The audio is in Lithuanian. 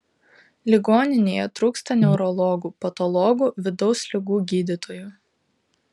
ligoninėje trūksta neurologų patologų vidaus ligų gydytojų